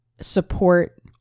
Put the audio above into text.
support